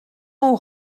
ont